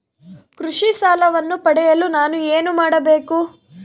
ಕೃಷಿ ಸಾಲವನ್ನು ಪಡೆಯಲು ನಾನು ಏನು ಮಾಡಬೇಕು?